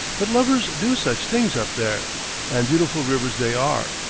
but lovers do such things up there and beautiful rivers they are,